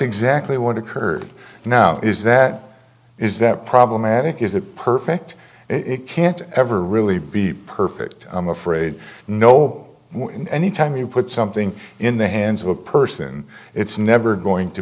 exactly what occurred now is that is that problematic is it perfect it can't ever really be perfect i'm afraid no one anytime you put something in the hands of a person it's never going to